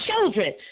children